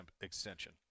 extension